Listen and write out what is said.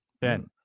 Ben